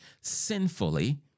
sinfully